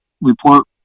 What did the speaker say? report